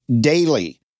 daily